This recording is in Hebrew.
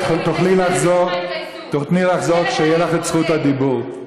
את תוכלי לחזור כשתהיה לך זכות הדיבור.